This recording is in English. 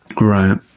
Right